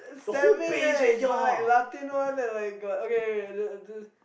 seven eh got like Latin one and like got okay okay wait the